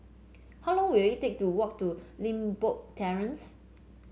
how long will it take to walk to Limbok Terrace